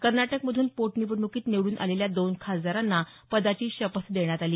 कर्नाटक मधून पोटनिवडणुकीत निवडून आलेल्या दोन खासदारांना पदाची शपथ देण्यात आली